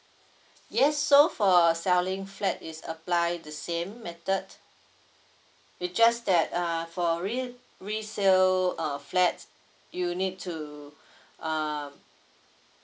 yes so for selling flat is apply the same method it just that uh for re~ resale uh flat you need to uh